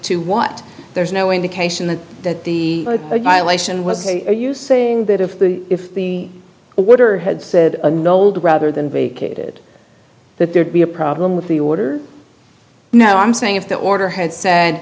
to what there's no indication that that the violation was are you saying that if the if the order had said an old rather than vacated that there'd be a problem with the order no i'm saying if the order had said